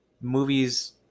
movies